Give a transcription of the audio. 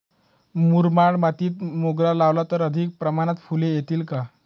मुरमाड मातीत मोगरा लावला तर अधिक प्रमाणात फूले येतील का?